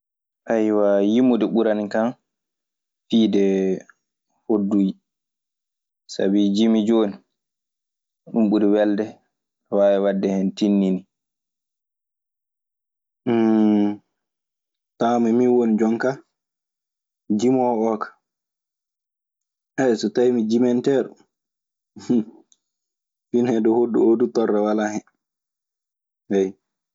Yimude ɓuranikan fiide hodduuyi, sabi jimi jooni ɗun ɓuri welde. Aɗe waawi waɗde hen tinndini. Tawan mi min woni jonka jimoowo oo ka. So tawii mi jimanteeɗo, finee dow hoddu oo du torla walaa hen. Ayyo.